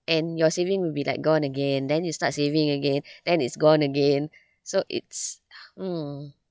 and your saving will be like gone again then you start saving again then it's gone again so it's hmm